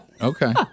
Okay